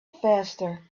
faster